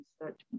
research